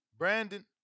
Brandon